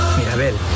Mirabel